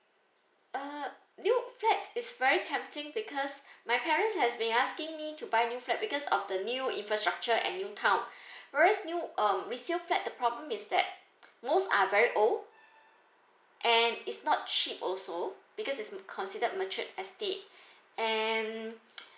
uh new flat is very tempting because my parents has been asking me to buy new flat because of the new infrastructure and new town whereas new um resale flat the problem is that most are very old and it's not cheap also because it's considered matured estate and